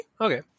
Okay